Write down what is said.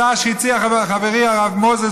גם ההצעות שהציע חברי הרב מוזס,